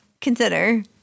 consider-